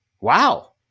Wow